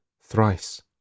thrice